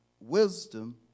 wisdom